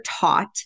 taught